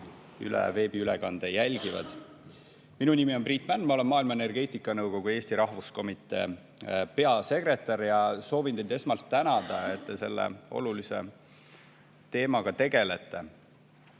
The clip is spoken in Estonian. meid veebiülekande kaudu jälgivad! Minu nimi on Priit Mändmaa. Ma olen Maailma Energeetikanõukogu Eesti Rahvuskomitee peasekretär. Soovin teid esmalt tänada, et te selle olulise teemaga tegelete,